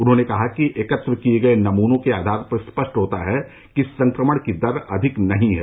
उन्होंने कहा कि एकत्र किए गए नमूनों के आधार पर स्पष्ट होता है कि संक्रमण की दर अधिक नहीं है